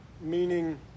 meaning